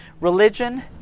Religion